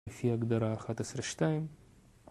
לפי הגדרה אחת עשרה שתיים